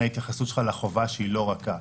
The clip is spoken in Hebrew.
ההתייחסות שלך לחובה שהיא לא רכה.